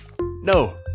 No